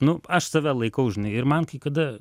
nu aš save laikau žinai ir man kai kada